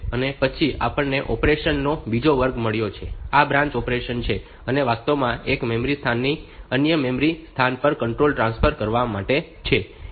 પછી આપણને ઑપરેશન નો બીજો વર્ગ મળ્યો છે જે આ બ્રાન્ચ ઑપરેશન છે અને તે વાસ્તવમાં એક મેમરી સ્થાનથી અન્ય મેમરી સ્થાન પર કંટ્રોલ ટ્રાન્સફર કરવા માટે છે